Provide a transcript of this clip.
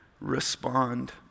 respond